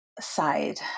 side